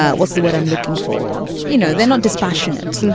ah what's the what i'm looking for. you know, they're not dispassionate.